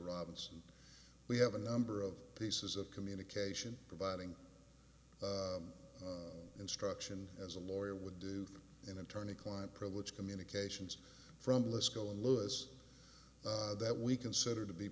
robinson and we have a number of pieces of communication providing instruction as a lawyer would do in attorney client privilege communications from let's go and lois that we consider to be